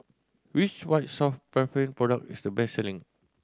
which White Soft Paraffin product is the best selling